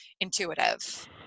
intuitive